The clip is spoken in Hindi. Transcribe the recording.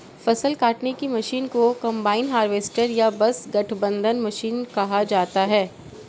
फ़सल काटने की मशीन को कंबाइन हार्वेस्टर या बस गठबंधन मशीन कहा जाता है